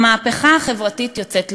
המהפכה החברתית יוצאת לדרך.